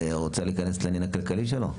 עצמה לא מסוגלת להכיל בתשתיות הפיזיות שלה.